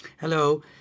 Hello